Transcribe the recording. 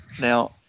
now